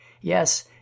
Yes